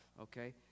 okay